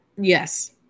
yes